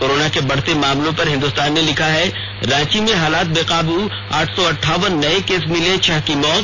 corona के बढ़ते मामलों पर हिन्दुस्तान ने लिखा है रांची में हालात बेकाबू आठ सौ अंठावन नए केस मिले छह की मौत